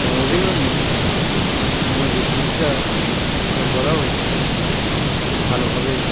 আমার অভিনন্দন যেন বিদ্যুৎটা সরবরাহ একটু ভালোভাবে